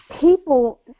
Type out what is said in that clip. people